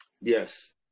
Yes